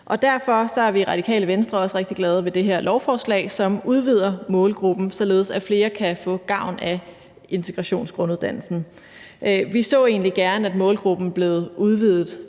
Derfor er vi i Radikale Venstre også rigtig glade ved det her lovforslag, som udvider målgruppen, således at flere kan få gavn af integrationsgrunduddannelsen. Vi så egentlig gerne, at målgruppen blev udvidet